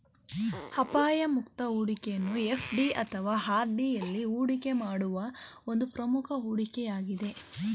ಅಪಾಯ ಮುಕ್ತ ಹೂಡಿಕೆಯನ್ನು ಎಫ್.ಡಿ ಅಥವಾ ಆರ್.ಡಿ ಎಲ್ಲಿ ಹೂಡಿಕೆ ಮಾಡುವ ಒಂದು ಪ್ರಮುಖ ಹೂಡಿಕೆ ಯಾಗಿದೆ